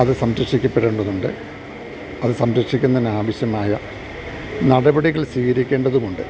അതു സംരക്ഷിക്കപ്പെടേണ്ടതുണ്ട് അതു സംരക്ഷിക്കുന്നതിനാവശ്യമായ നടപടികൾ സ്വീകരിക്കേണ്ടതുമുണ്ട്